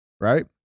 right